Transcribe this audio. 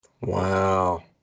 Wow